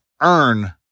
earn